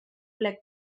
plec